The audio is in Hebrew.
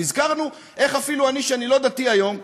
ונזכרנו איך אפילו אני, שאני לא דתי היום,